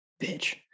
bitch